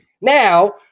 Now